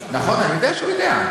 נכון, אני יודע שהוא יודע.